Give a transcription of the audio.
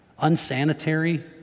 unsanitary